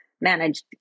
managed